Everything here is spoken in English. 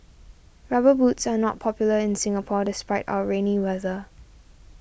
rubber boots are not popular in Singapore despite our rainy weather